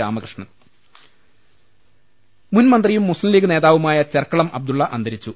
രാമകൃഷ്ണൻ ൾ ൽ ൾ മുൻമന്ത്രിയും മുസ്ലീം ലീഗ് നേതാവുമായ ചെർക്കളം അബ്ദുള്ള അന്തരിച്ചു